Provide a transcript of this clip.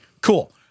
Cool